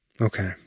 Okay